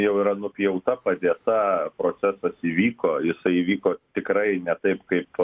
jau yra nupjauta padėta procesas įvyko jisai įvyko tikrai ne taip kaip